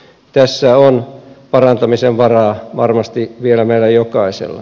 tässä on parantamisen varaa varmasti vielä meillä jokaisella